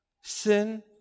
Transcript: Sin